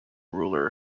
ruler